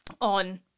on